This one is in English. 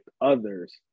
others